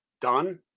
done